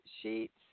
Sheets